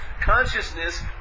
consciousness